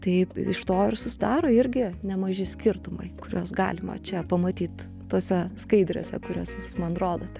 taip iš to ir susidaro irgi nemaži skirtumai kuriuos galima čia pamatyt tose skaidrėse kurias jūs man rodote